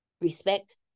Respect